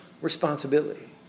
responsibility